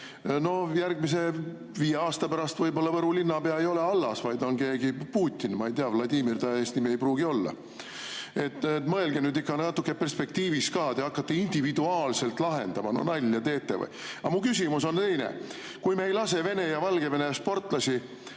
No, järgmise viie aasta pärast võib-olla Võru linnapea ei ole Allas, vaid on keegi Putin. Ma ei tea, Vladimir ta eesnimi ei pruugi olla. Mõelge nüüd ikka natuke perspektiivis ka. Te hakkate individuaalselt lahendama? Nalja teete või? Aga mu küsimus on teine. Kui me ei lase Vene ja Valgevene sportlasi